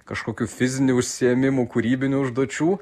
kažkokių fizinių užsiėmimų kūrybinių užduočių